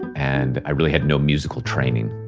and i really had no musical training.